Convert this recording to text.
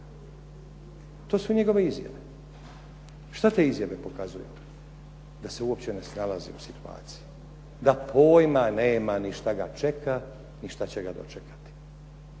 To su njegove izjave. Šta te izjave pokazuju? Da se uopće ne snalazi u situaciji. Da pojma nema ni šta ga čeka ni šta će ga dočekati.